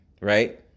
Right